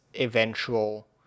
eventual